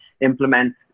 implement